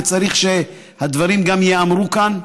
וצריך שהדברים גם ייאמרו כאן,